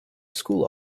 school